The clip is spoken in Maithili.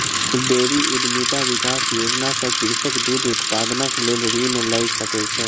डेयरी उद्यमिता विकास योजना सॅ कृषक दूध उत्पादनक लेल ऋण लय सकै छै